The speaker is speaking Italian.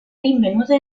rinvenuta